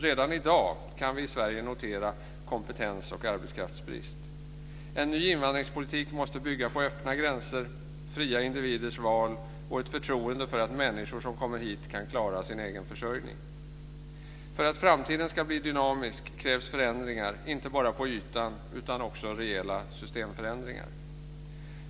Redan i dag kan vi i Sverige notera kompetens och arbetskraftsbrist. En ny invandringspolitik måste bygga på öppna gränser, fria individers val och ett förtroende för att människor som kommer hit kan klara sin egen försörjning. För att framtiden ska bli dynamisk krävs förändringar, inte bara på ytan utan också rejäla systemförändringar.